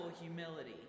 humility